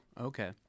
Okay